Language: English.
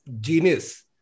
genius